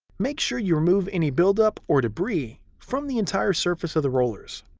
make sure you remove any buildup or debris from the entire surface of the rollers.